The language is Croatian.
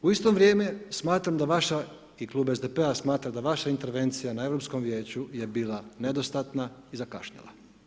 U isto vrijeme smatram da vaša i Klub SDP-a smatra da vaša intervencija na Europskom vijeću je bila nedostatna i zakašnjela.